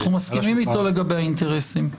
אנחנו מסכימים איתו לגבי האינטרסים.